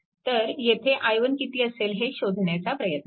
तर येथे i1 किती असेल हे शोधण्याचा प्रयत्न करू